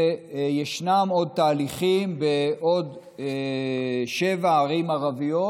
וישנם עוד תהליכים בעוד שבע ערים ערביות,